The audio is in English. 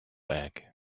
egg